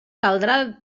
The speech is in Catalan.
caldrà